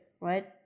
right